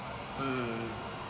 um